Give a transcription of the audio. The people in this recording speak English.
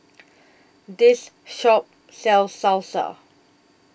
This Shop sells Salsa